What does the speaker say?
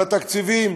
על התקציבים,